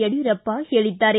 ಯಡ್ಯೂರಪ್ಪ ಹೇಳಿದ್ದಾರೆ